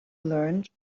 learned